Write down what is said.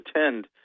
attend